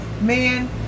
man